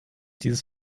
dieses